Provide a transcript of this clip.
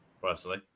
personally